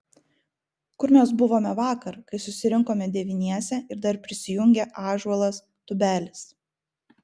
kur mes buvome vakar kai susirinkome devyniese ir dar prisijungė ąžuolas tubelis